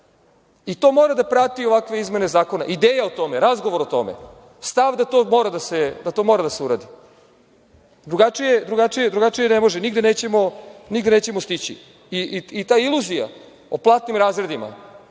mora da prati ovakve izmene zakona, ideja o tome, razgovor o tome, stav da to mora da se uradi. Drugačije ne može, nigde nećemo stići. Ta iluzija o platnim razredima,